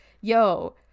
yo